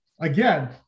again